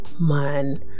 man